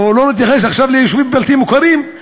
לא מתייחס עכשיו ליישובים בלתי מוכרים,